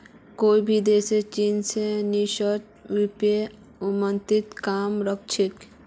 कोई भी देश चीन स निष्पक्ष व्यापारेर उम्मीद कम राख छेक